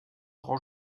rend